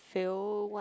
feel what